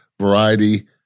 variety